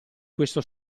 questo